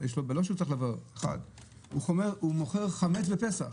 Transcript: או מוכרת חמץ בפסח.